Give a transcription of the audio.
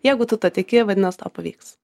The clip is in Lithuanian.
jeigu tu tuo tiki vadinas tau pavyks